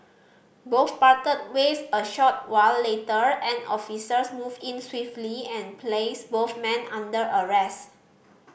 both parted ways a short while later and officers moved in swiftly and placed both men under arrest